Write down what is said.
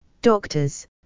doctors